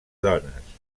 dones